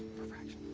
refraction.